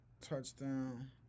touchdown